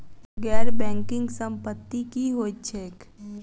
गैर बैंकिंग संपति की होइत छैक?